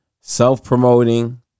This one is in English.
self-promoting